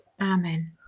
Amen